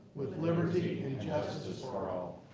with liberty and justice for all.